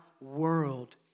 world